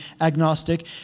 agnostic